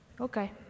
Okay